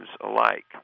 alike